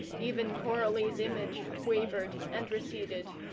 even coralie's image wavered and receded.